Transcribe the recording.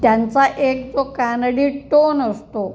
त्यांचा एक जो कानडी टोन असतो